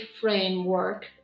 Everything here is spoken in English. framework